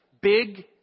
big